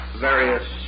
various